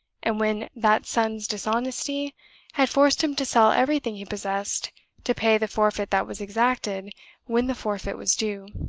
and when that son's dishonesty had forced him to sell everything he possessed to pay the forfeit that was exacted when the forfeit was due.